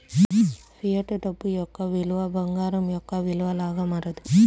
fiat డబ్బు యొక్క విలువ బంగారం యొక్క విలువ లాగా మారదు